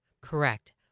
Correct